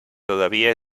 todavía